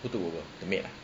who take over the maid ah